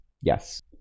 Yes